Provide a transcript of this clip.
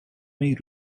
may